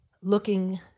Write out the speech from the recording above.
looking